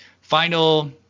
final